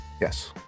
Yes